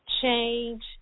change